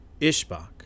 Ishbak